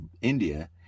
India